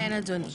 כן אדוני.